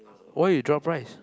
why you drop price